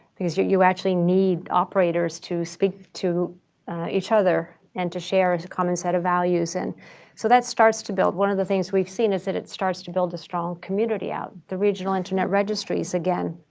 because you you actually need operators to speak to each other and to share a common set of values. and so that starts to build one of the things we've seen is that it starts to build a strong community out. the regional internet registries, again,